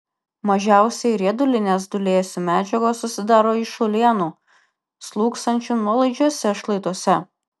mažiausiai riedulinės dūlėsių medžiagos susidaro iš uolienų slūgsančių nuolaidžiuose šlaituose